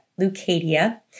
Lucadia